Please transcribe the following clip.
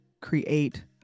create